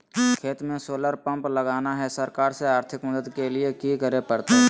खेत में solar pump लगाना है, सरकार से आर्थिक मदद के लिए की करे परतय?